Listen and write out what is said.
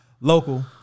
Local